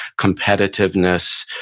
competitiveness.